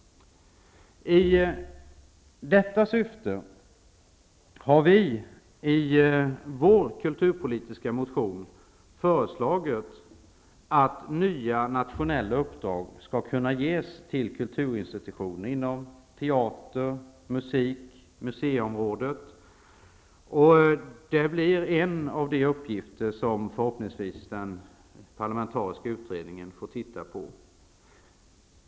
I detta syfte har vi i vår kulturpolitiska motion föreslagit att nya nationella uppdrag skall kunna ges till kulturinstitutioner inom teater, musik och museiområdet, och det blir en av de uppgifter som förhoppningsvis den parlamentariska utredningen får titta på.